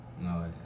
No